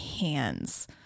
hands